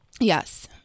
Yes